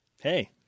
Hey